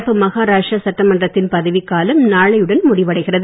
நடப்பு மகாராஷ்டிர சட்டமன்றத்தின் பதவிக்காலம் நாளையுடன் முடிவடைகிறது